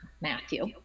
matthew